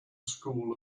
school